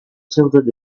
tilted